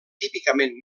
típicament